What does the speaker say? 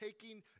taking